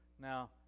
now